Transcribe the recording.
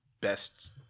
best